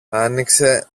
άνοιξε